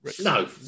no